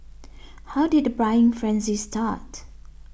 how did the buying frenzy start